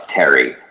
Terry